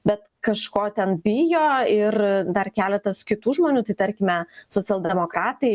bet kažko ten bijo ir dar keletas kitų žmonių tai tarkime socialdemokratai